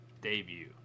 debut